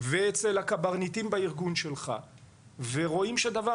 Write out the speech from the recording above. ואצל הקברניטים בארגון שלך ורואים שדבר